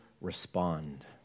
respond